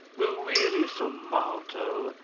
the wearisome mortal!